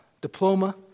diploma